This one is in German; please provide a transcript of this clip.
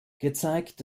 gezeigt